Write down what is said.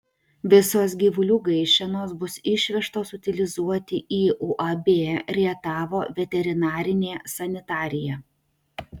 visos gyvulių gaišenos bus išvežtos utilizuoti į uab rietavo veterinarinė sanitarija